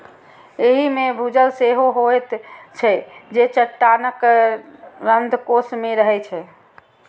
एहि मे भूजल सेहो होइत छै, जे चट्टानक रंध्रकोश मे रहै छै